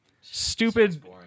Stupid